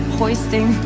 hoisting